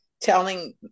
telling